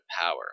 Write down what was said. power